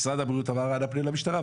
משרד הבריאות אמר אנא פנה למשטרה,